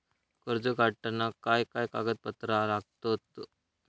कर्ज काढताना काय काय कागदपत्रा लागतत?